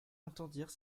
entendirent